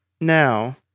now